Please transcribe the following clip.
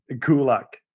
Kulak